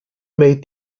made